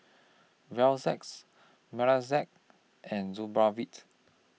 and Supravit